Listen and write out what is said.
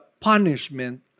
punishment